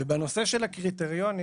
בנושא של הקריטריונים: